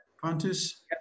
Pontus